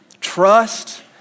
Trust